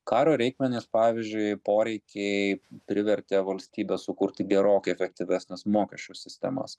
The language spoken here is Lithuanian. karo reikmenys pavyzdžiui poreikiai privertė valstybę sukurti gerokai efektyvesnes mokesčių sistemas